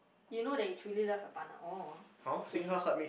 you know that you truly love your partner oh okay